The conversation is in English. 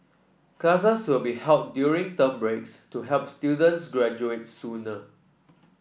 classes will be held during term breaks to help students graduate sooner